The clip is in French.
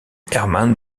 herman